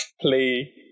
play